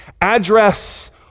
Address